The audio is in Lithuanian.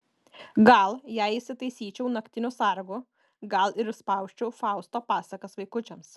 gal jei įsitaisyčiau naktiniu sargu gal ir išspausčiau fausto pasakas vaikučiams